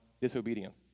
disobedience